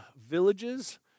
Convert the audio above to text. villages